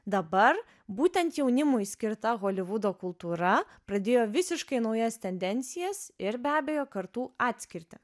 dabar būtent jaunimui skirta holivudo kultūra pradėjo visiškai naujas tendencijas ir be abejo kartų atskirtį